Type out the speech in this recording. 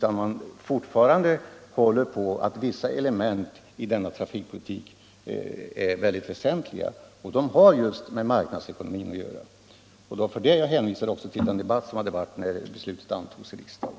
Man håller fortfarande på att vissa element i denna trafikpolitik är väldigt väsentliga och de har just med marknadsekonomin att göra. Det var därför jag hänvisade till den debatt som förekom när beslutet om trafikpolitiken fattades i riksdagen.